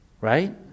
Right